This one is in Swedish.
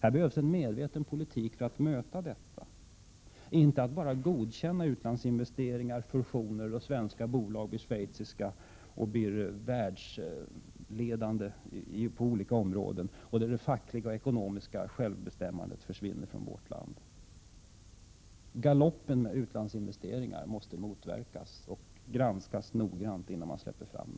Här behövs en medveten politik för att möta detta. Det går inte att bara godkänna utlandsinvesteringar och godkänna fusioner mellan svenska och schweiziska bolag, vilka blir världsledande på olika områden, varvid både det fackliga och det ekonomiska självbestämmandet försvinner från vårt land. Galoppen med utlandsinvesteringar måste motverkas, och man måste granska sådana investeringar noga, innan de släpps fram.